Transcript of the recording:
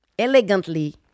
elegantly